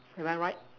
am I right